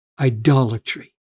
idolatry